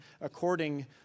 according